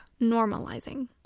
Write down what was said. normalizing